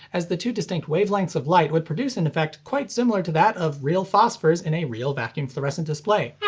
as the two distinct wavelengths of light would produce an effect quite similar to that of real phosphors in a real vacuum fluorescent display. yeah